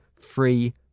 free